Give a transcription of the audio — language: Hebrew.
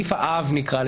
נקרא לו